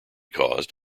caused